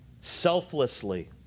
selflessly